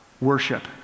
worship